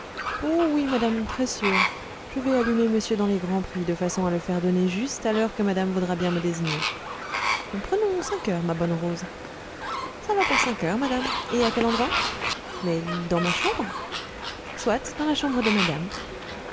oh oui madame très sûre je vais allumer monsieur dans les grands prix de façon à le faire donner juste à l'heure que madame voudra bien me désigner prenons cinq heures ma bonne rose ça va pour cinq heures madame et à quel endroit mais dans ma chambre soit dans la chambre de madame